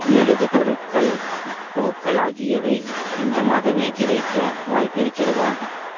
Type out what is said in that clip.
எழுது பொருட்கள் பூக்கள் ஆகியவை இந்த மாதமே கிடைக்க வாய்ப்பு இருக்கிறதா